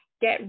get